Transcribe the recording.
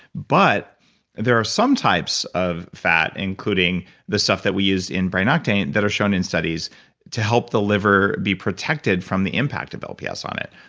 but there are some types of fat including the stuff that we used in brain octane that are shown in studies to help the liver be protected from the impact of lps on it.